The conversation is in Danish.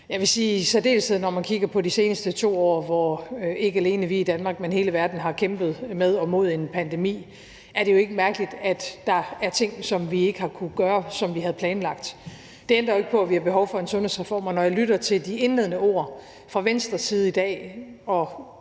Jeg vil sige, at i særdeleshed når man kigger på de seneste 2 år, hvor ikke alene vi i Danmark, men hele verden har kæmpet med og mod en pandemi, er det jo ikke mærkeligt, at der er ting, som vi ikke har kunnet gøre, som vi havde planlagt. Det ændrer jo ikke på, at vi har behov for en sundhedsreform, og når jeg lytter til de indledende ord fra Venstres side i dag